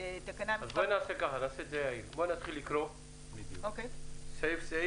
אני מציע שנתחיל לקרוא את הסעיפים.